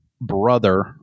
brother